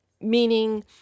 meaning